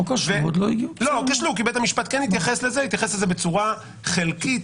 בית המשפט התייחס לזה בצורה חלקית,